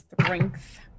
strength